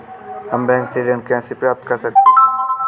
हम बैंक से ऋण कैसे प्राप्त कर सकते हैं?